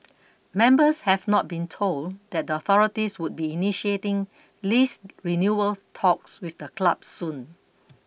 members had not been told that the authorities would be initiating lease renewal talks with the club soon